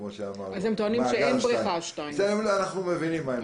כמו שאמר --- הם טוענים שאין בריכה 2. אנחנו מבינים מה הם אומרים.